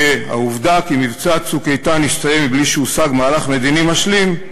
שהעובדה כי מבצע "צוק איתן" הסתיים בלי שהושג מהלך מדיני משלים,